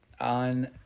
on